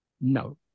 No